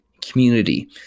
community